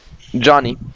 Johnny